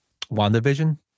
WandaVision